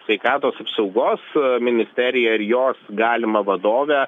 sveikatos apsaugos ministeriją ir jos galimą vadovę